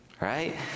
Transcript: right